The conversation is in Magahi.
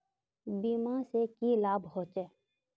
बीमा से की लाभ होचे?